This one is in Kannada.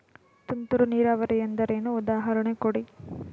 ತುಂತುರು ನೀರಾವರಿ ಎಂದರೇನು, ಉದಾಹರಣೆ ಕೊಡಿ?